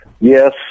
Yes